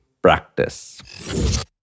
Practice